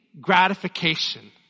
gratification